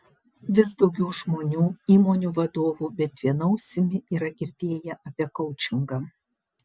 vis daugiau žmonių įmonių vadovų bent viena ausimi yra girdėję apie koučingą